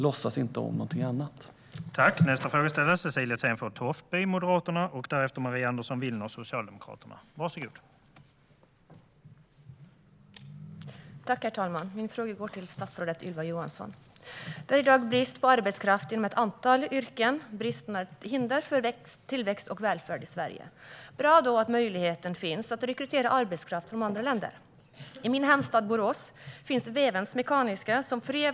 Låtsas inte något annat, Adam Marttinen!